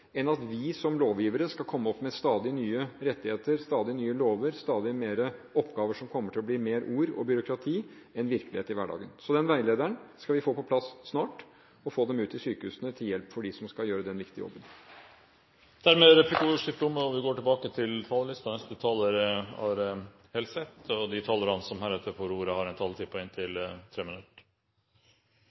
enn at vi som lovgivere skal komme opp med stadig nye rettigheter, stadig nye lover, stadig flere oppgaver som kommer til å føre til flere ord og mer byråkrati i en virkelighet i hverdagen. Så denne veilederen skal vi snart få på plass og få den ut til sykehusene – til hjelp for dem som skal gjøre den viktige jobben. Replikkordskiftet er dermed omme. De talere som heretter får ordet, har en taletid på inntil